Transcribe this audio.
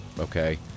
okay